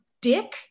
dick